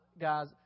guys